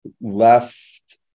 left